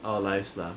our lives lah